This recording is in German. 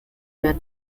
mehr